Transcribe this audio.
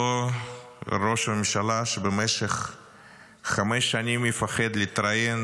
אותו ראש ממשלה שבמשך חמש שנים מפחד להתראיין